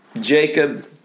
Jacob